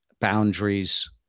boundaries